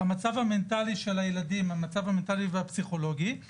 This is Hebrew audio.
המצב המנטלי והמצב הפסיכולוגי של הילדים.